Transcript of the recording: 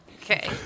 okay